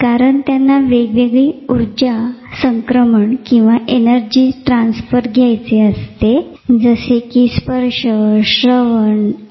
कारण त्यांना वेगवेगळे उर्जा संक्रमण एनर्जी ट्रान्सफर घ्यायचे असते जसे कि स्पर्श श्रवण इ